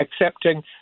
accepting